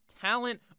talent